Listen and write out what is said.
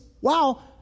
wow